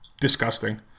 Disgusting